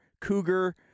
Cougar